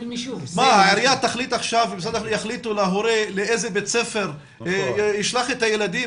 העירייה ומשרד החינוך יחליטו להורה לאיזה בית ספר ישלח את הילדים,